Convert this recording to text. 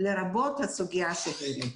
לרבות הסוגיה שהעלית.